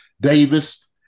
Davis